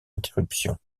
interruption